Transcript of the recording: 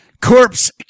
corpse